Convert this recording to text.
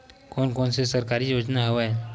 कोन कोन से सरकारी योजना हवय?